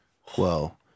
Whoa